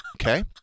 Okay